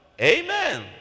Amen